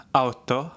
auto